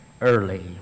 early